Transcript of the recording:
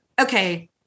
okay